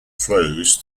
flows